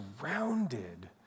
surrounded